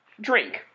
drink